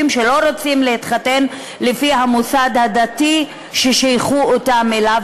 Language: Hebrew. שלא רוצים להתחתן לפי המוסד הדתי ששייכו אותם אליו,